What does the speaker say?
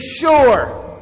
sure